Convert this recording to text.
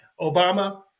Obama